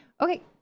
Okay